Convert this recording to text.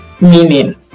meaning